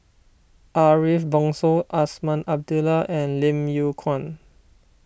Ariff Bongso Azman Abdullah and Lim Yew Kuan